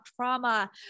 trauma